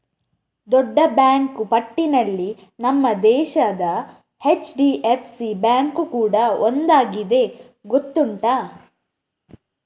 ದೊಡ್ಡ ಬ್ಯಾಂಕು ಪಟ್ಟಿನಲ್ಲಿ ನಮ್ಮ ದೇಶದ ಎಚ್.ಡಿ.ಎಫ್.ಸಿ ಬ್ಯಾಂಕು ಕೂಡಾ ಒಂದಾಗಿದೆ ಗೊತ್ತುಂಟಾ